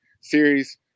series